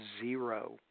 zero